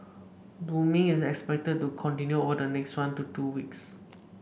blooming is expected to continue over the next one to two weeks